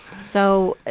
so.